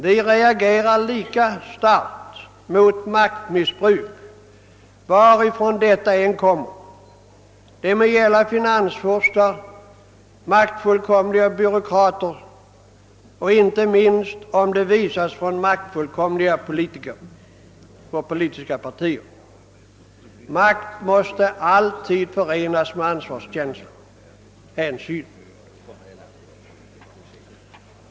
Vi reagerar lika starkt mot maktmissbruk, varifrån detta än kommer — det må gälla finansfurstar, maktfullkomliga byråkrater och inte minst maktfullkomliga politiska partier. Makt måste alltid förenas med ansvarskänsla och hänsyn.